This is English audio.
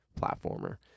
platformer